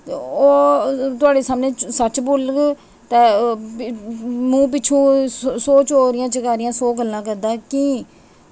ओह् थुआढ़े सामनै सच्च बोलगे मतलब पिच्छु सौ चकारियां सौ गल्लां करदा कि